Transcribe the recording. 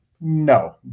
No